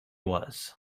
was